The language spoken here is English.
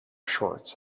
shorts